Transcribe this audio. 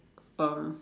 um